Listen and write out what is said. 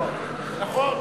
נכון.